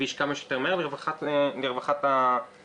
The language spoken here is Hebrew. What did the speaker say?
הכביש כמה שיותר מהר לרווחת האזרחים.